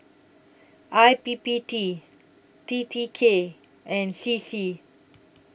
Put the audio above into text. I P P T T T K and C C